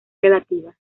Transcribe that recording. relativa